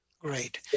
Great